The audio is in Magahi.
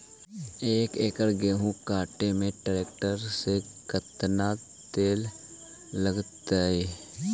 एक एकड़ गेहूं काटे में टरेकटर से केतना तेल लगतइ?